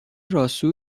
راسو